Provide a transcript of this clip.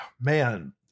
man